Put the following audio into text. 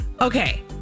okay